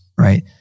Right